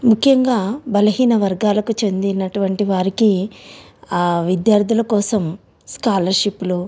ముఖ్యంగా బలహీన వర్గాలకు చెందినటువంటి వారికి విద్యార్థుల కోసం స్కాలర్షిప్లు